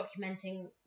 documenting